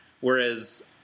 Whereas